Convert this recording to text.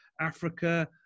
Africa